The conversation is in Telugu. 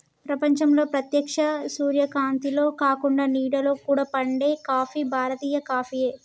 ప్రపంచంలో ప్రేత్యక్ష సూర్యకాంతిలో కాకుండ నీడలో కూడా పండే కాఫీ భారతీయ కాఫీయే